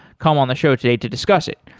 come on the show today to discuss it.